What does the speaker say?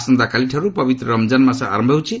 ଆସନ୍ତାକାଲିଠାର୍ତ ପବିତ୍ର ରମ୍ଜାନ୍ ମାସ ଆରମ୍ଭ ହେଉଛି